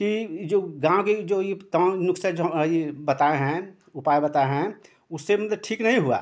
कि यह जो गाँव के जो ये तमाम नुस्ख़े हैं जो ये बताए हैं उपाय बताए हैं उससे मतलब ठीक नहीं हुआ